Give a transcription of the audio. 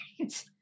Right